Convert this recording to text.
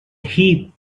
heap